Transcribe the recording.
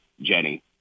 Jenny